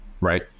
right